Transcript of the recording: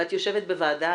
ואת יושבת בוועדה,